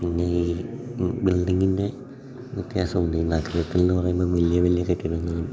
പിന്നെ ഈ ബിൽഡിങ്ങിൻ്റെ വ്യത്യാസം ഉണ്ട് ഈ നഗരത്തിൽ നിന്ന് പറയുമ്പോൾ വലിയ വലിയ കെട്ടിടങ്ങളും